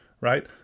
right